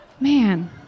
Man